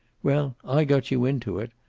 well, i got you into it.